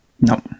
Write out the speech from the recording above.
No